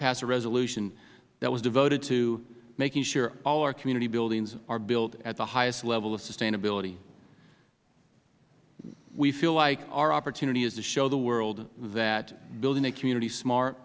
passed a resolution that was devoted to making sure all our community buildings are built at the highest level of sustainability we feel like our opportunity is to show the world that building a community smart